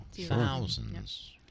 Thousands